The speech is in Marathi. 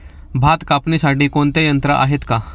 भात कापणीसाठी कोणते यंत्र आहेत का?